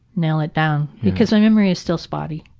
nail it down because my memory is still spotty.